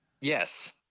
yes